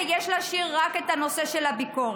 ויש להשאיר רק את הנושא של הביקורת.